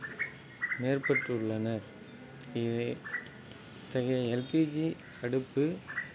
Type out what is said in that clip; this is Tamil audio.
மேற்பட்டுள்ளனர் இதை இத்தகைய எல்பிஜி அடுப்பு